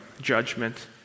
judgment